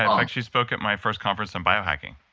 um like she spoke at my first conference on bio hacking.